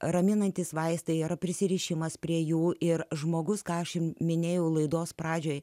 raminantys vaistai yra prisirišimas prie jų ir žmogus ką aš jums minėjau laidos pradžioje